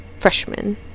freshman